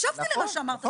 הקשבתי לך שאמרת,